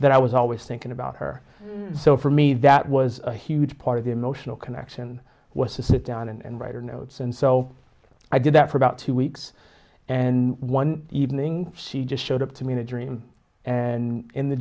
that i was always thinking about her so for me that was a huge part of the emotional connection was to sit down and write her notes and so i did that for about two weeks and one evening she just showed up to me in a dream and in the